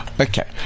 Okay